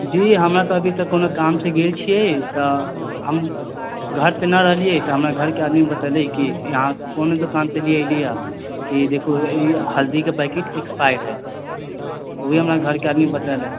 जी हमे तऽ अभी तक कोनो काम कियै छियै तऽ हम घर पर ना रहलियै तऽ हमरा घरके आदमी बतैले कि अहाँ कोन दोकान सऽ ले अलियै ई देखू हल्दी के पैकेट एक्सपाइर है ई हमरा घरके आदमी बतैलक